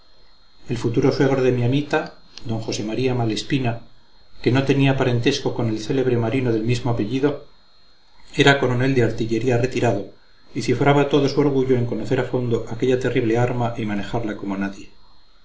el futuro suegro de mi amita d josé maría malespina que no tenía parentesco con el célebre marino del mismo apellido era coronel de artillería retirado y cifraba todo su orgullo en conocer a fondo aquella terrible arma y manejarla como nadie